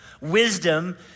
wisdom